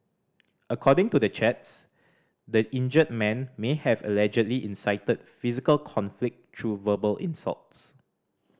according to the chats the injured man may have allegedly incited physical conflict through verbal insults